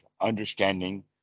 understanding